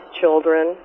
children